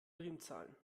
primzahlen